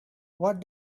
what